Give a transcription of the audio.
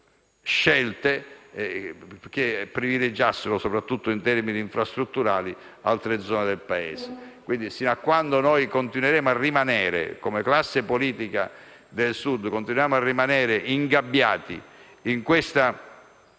scelte che privilegiassero, soprattutto in termini infrastrutturali, altre zone del Paese. Quindi, fino a quando continueremo a rimanere, come classe politica del Sud, ingabbiati in questa